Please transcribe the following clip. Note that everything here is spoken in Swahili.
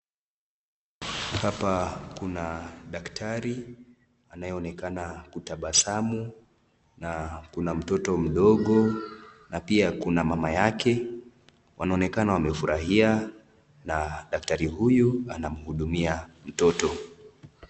Hapa kuna daktari anayeonekana kutabasamu na kuna mtoto mdogo na pia kuna mama yake. Wanaonekana wamefurahia na daktari huyu anamhudumia mtoto.